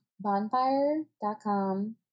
bonfire.com